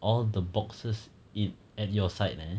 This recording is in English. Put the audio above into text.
all the boxes it at your side eh